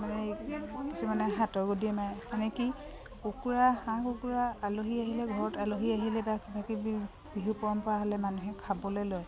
মানে কিছুমানে হাতৰ গাদিৰে মাৰে মানে কি কুকুৰা হাঁহ কুকুৰা আলহী আহিলে ঘৰত আলহী আহিলে বা কিবাকিবি বিহুৰ পৰম্পৰা হ'লে মানুহে খাবলৈ লয়